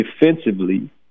defensively